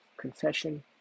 confession